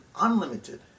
unlimited